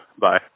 Bye